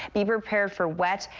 the repair for west.